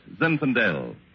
Zinfandel